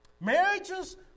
Marriages